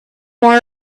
more